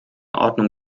ordnung